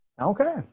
Okay